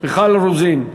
מיכל רוזין.